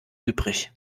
übrig